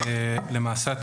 למעשה,